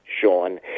Sean